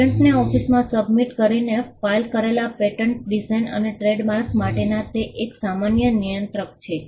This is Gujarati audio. પેટર્નને ઓફિસમાં સબમિટ કરીને ફાઇલ કરેલા પેટર્ન ડિઝાઇન અને ટ્રેડમાર્ક્સ માટેનું તે એક સામાન્ય નિયંત્રક છે